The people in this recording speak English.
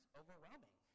overwhelming